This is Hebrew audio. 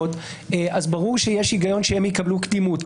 אז ברור שיש הגיון שהן יקבלו קדימות.